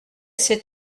cette